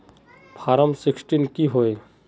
Form sixteen की होय?